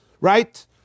Right